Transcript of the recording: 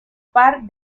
par